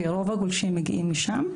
כי רוב הגולשים מגיעים משם.